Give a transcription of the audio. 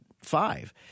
five